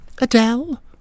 Adele